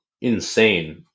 insane